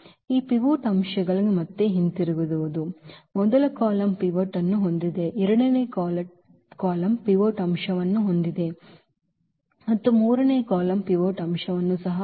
ಈ ಪಿವೋಟ್ ಅಂಶಗಳಿಗೆ ಮತ್ತೆ ಹಿಂತಿರುಗುವುದು ಮೊದಲ ಕಾಲಮ್ ಪಿವೋಟ್ ಅನ್ನು ಹೊಂದಿದೆ ಎರಡನೇ ಕಾಲಮ್ ಪಿವೋಟ್ ಅಂಶವನ್ನು ಹೊಂದಿದೆ ಮತ್ತು ಮೂರನೇ ಕಾಲಮ್ ಪಿವೋಟ್ ಅಂಶವನ್ನು ಸಹ ಹೊಂದಿದೆ